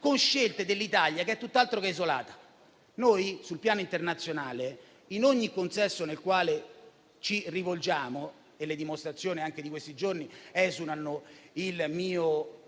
sue scelte l'Italia è tutt'altro che isolata: sul piano internazionale, in ogni contesto nel quale ci presentiamo - le dimostrazioni di questi giorni esulano dal mio